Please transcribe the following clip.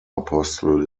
apostel